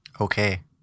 okay